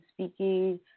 speaking